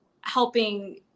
helping